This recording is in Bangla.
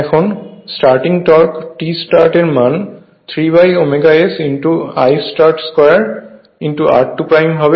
এখন স্টার্টিং টর্ক Tstart এর মান 3 S Istart 2 r2 হবে